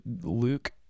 Luke